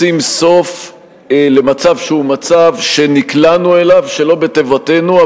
לשים סוף למצב שנקלענו אליו שלא בטובתנו,